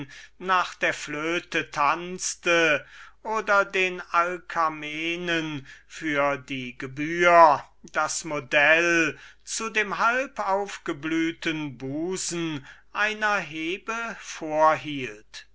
nach der flöte tanzte oder den alcamenen für die gebühr das model zu dem halbaufgeblühten busen einer hebe vorhielt